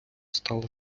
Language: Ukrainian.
стала